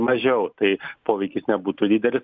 mažiau tai poveikis nebūtų didelis